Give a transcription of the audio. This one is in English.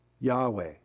Yahweh